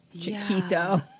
chiquito